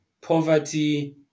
poverty